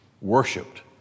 worshipped